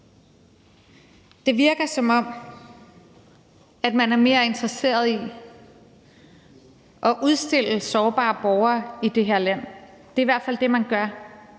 Det virker, som om man er mere interesseret i at udstille sårbare borgere i det her land. Det er i hvert fald det, man gør